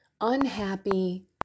unhappy